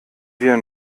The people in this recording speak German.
wir